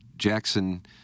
Jackson